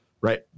Right